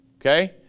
Okay